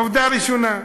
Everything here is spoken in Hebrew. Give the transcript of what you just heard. עובדה ראשונה,